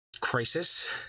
crisis